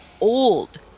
old